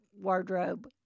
wardrobe